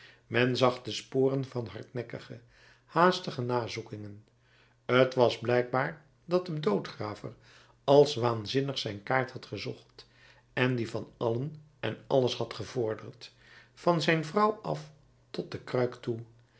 men zag de sporen van hardnekkige haastige nazoekingen t was blijkbaar dat de doodgraver als waanzinnig zijn kaart had gezocht en die van allen en alles had gevorderd van zijn vrouw af tot de kruik toe